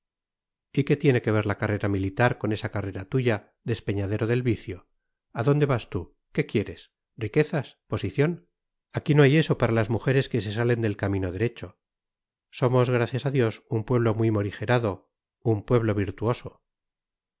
y qué tiene que ver la carrera militar con esa carrera tuya despeñadero del vicio adónde vas tú qué quieres riquezas posición aquí no hay eso para las mujeres que se salen del camino derecho somos gracias a dios un pueblo muy morigerado un pueblo virtuoso